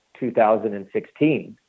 2016